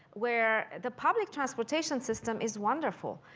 where the public transportation system is wonderful,